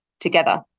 together